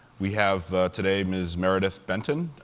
we have today ms. meredith benton,